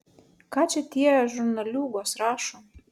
ką čia tie žurnaliūgos rašo